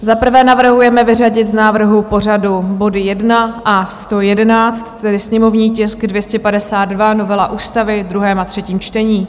Za prvé navrhujeme vyřadit z návrhu pořadu body 1 a 111, tedy sněmovní tisk 252, novela ústavy v druhém a třetím čtení.